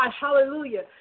Hallelujah